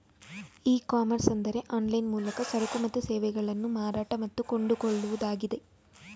E commerce ಅಂದರೆ online ಮೂಲಕ ಸರಕು ಮತ್ತು ಸೇವೆಗಳನ್ನು ಮಾರಾಟ ಮತ್ತು ಕೊಂಡುಕೊಳ್ಳುವುದಾಗಿದೆ